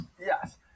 Yes